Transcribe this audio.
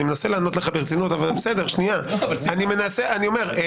אני מנסה לענות לך ברצינות.